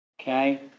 okay